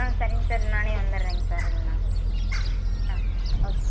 ஆ சரிங்க சார் நானே வந்துடுறேங்க சார் இல்லைனா ஆ ஓகேங்க